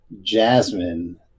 Jasmine